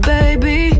Baby